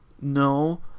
no